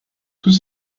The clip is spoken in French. tous